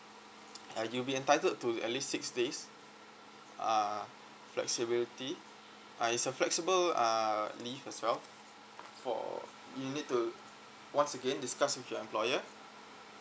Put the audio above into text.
uh you'll be entitled to at least six days uh flexibility uh it's a flexible uh leave as well for you need to once again discuss with your employer